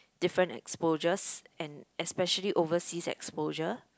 different exposures and especially overseas exposure